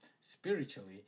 spiritually